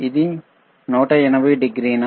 ఇది 180 డిగ్రీనా